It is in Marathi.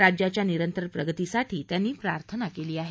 राज्याच्या निरंतर प्रगतीसाठी त्यांनी प्रार्थना केली आहे